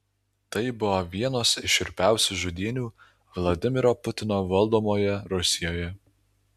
tai buvo vienos iš šiurpiausių žudynių vladimiro putino valdomoje rusijoje